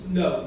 no